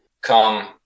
come